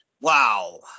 wow